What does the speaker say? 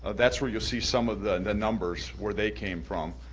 that's where you'll see some of the and numbers where they came from,